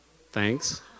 Thanks